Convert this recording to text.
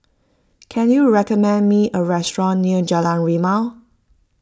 can you recommend me a restaurant near Jalan Rimau